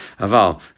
Aval